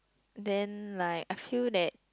then like I feel that